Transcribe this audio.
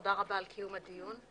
תודה רבה על קיום הדיון.